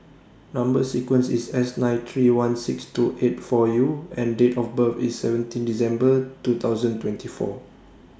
Number sequence IS S nine three one six two eight four U and Date of birth IS seventeen December two thousand twenty four